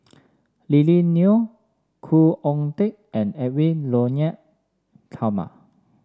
Lily Neo Khoo Oon Teik and Edwy Lyonet Talma